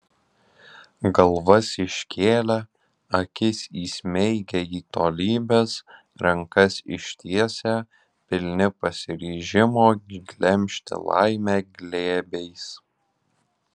galvas iškėlę akis įsmeigę į tolybes rankas ištiesę pilni pasiryžimo glemžti laimę glėbiais